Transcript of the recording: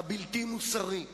הבלתי-מוסרי,